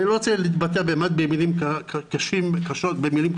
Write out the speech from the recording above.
אני לא רוצה להתבטא באמת במילים קשות מאוד,